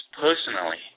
personally